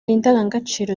indangagaciro